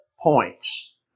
points